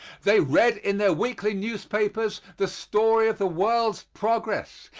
they read in their weekly newspapers the story of the world's progress,